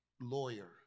lawyer